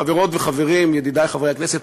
חברות וחברים, ידידי חברי הכנסת,